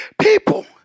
people